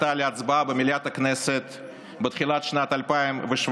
עלתה להצבעה במליאת הכנסת בתחילת שנת 2017,